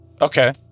Okay